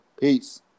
Peace